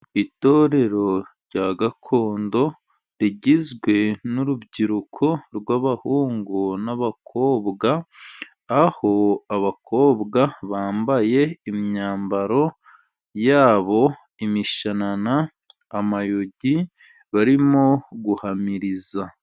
Itorero rya gakondo rigizwe n'urubyiruko rw'abahungu n'abakobwa, aho abakobwa bambaye imyambaro yabo, imishanana, amayugi barimo guhamiriza.